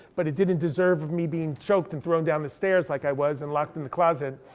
but it didn't deserve me being choked and thrown down the stairs like i was, and locked in the closet.